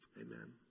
Amen